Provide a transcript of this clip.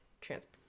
transport